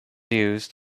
used